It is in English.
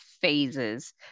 phases